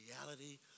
reality